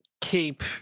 keep